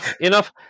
enough